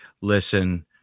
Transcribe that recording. listen